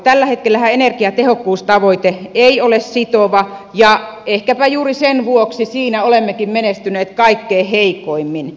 tällä hetkellähän energiatehokkuustavoite ei ole sitova ja ehkäpä juuri sen vuoksi siinä olemmekin menestyneet kaikkein heikoimmin